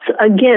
Again